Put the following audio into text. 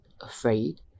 afraid